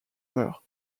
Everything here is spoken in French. meurt